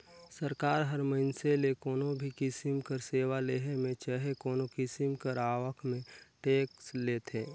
सरकार ह मइनसे ले कोनो भी किसिम कर सेवा लेहे में चहे कोनो किसिम कर आवक में टेक्स लेथे